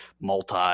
multi